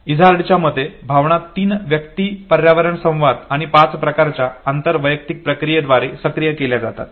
इझार्डच्या मते भावना तीन व्यक्ती पर्यावरण संवाद आणि पाच प्रकारच्या आंतर वैयक्तिक प्रक्रियेद्वारे सक्रिय केल्या जातात